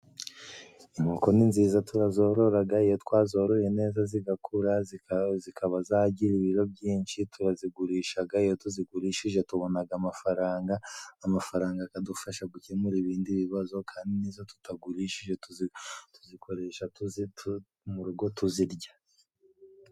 Inkoko ni nziza turazororaga， iyo twazoroye neza zigakura， zikaba zagira ibiro byinshi， turazigurishaga，iyo tuzigurishije tubonaga amafaranga amafaranga akadufasha gukemura ibindi bibazo， kandi n’izo tutagurishije tuzikoresha tuzikoresha mu rugo tuzirya.